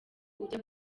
ujya